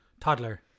Toddler